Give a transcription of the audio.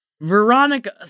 Veronica